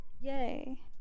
yay